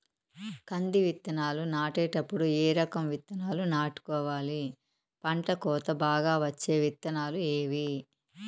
కంది విత్తనాలు నాటేటప్పుడు ఏ రకం విత్తనాలు నాటుకోవాలి, పంట కోత బాగా వచ్చే విత్తనాలు ఏవీ?